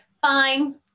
Fine